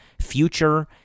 future